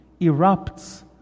erupts